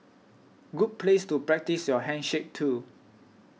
good place to practise your handshake too